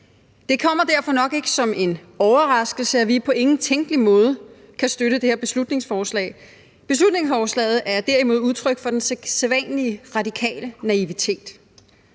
Det kommer derfor nok ikke som en overraskelse, at vi på ingen tænkelig måde kan støtte det her beslutningsforslag. Beslutningsforslaget er derimod udtryk for den sædvanlige radikale naivitet.